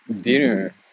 dinner